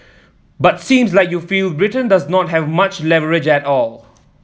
but seems like you feel Britain does not have much leverage at all